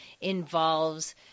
involves